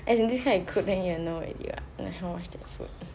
as in this kind you cook then you will know already what like how much is the food